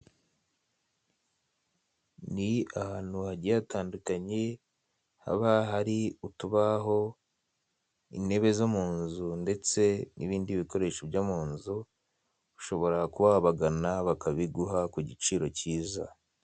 Ni ahantu hagiye hatandukanye haba hari utubaho ,intebe zo munzu ndetse nibindi bikoresho byo munzu. Ushobora kuba wabagana bakabiguha ku giciro kiza.